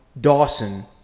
Dawson